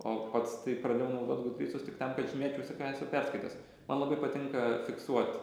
o pats tai pradėjau naudot gudrydsus tik tam kad žymėt visa ką esu perskaitęs man labai patinka fiksuot